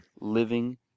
living